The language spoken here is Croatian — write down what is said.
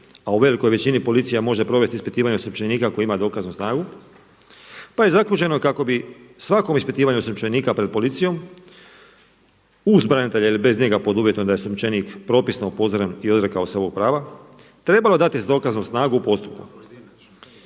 a u velikoj većini policija može provesti ispitivanje osumnjičenika koji ima dokaznu snagu. Pa je zaključeno kako bi svakom ispitivanju osumnjičenika pred policijom uz branitelja ili bez njega pod uvjetom da je osumnjičenik propisno upozoren i …/Govornik se ne razumije./… trebalo dati dokaznu snagu u postupku.